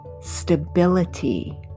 stability